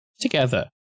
Together